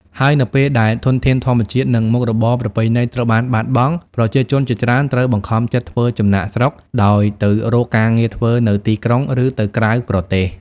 ហើយនៅពេលដែលធនធានធម្មជាតិ និងមុខរបរប្រពៃណីត្រូវបានបាត់បង់ ប្រជាជនជាច្រើនត្រូវបង្ខំចិត្តធ្វើចំណាកស្រុក ដោយទៅរកការងារធ្វើនៅទីក្រុង ឬទៅក្រៅប្រទេស។